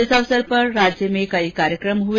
इस मौके पर राज्य में कई कार्यक्रम हुए